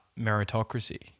meritocracy